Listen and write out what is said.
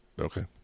okay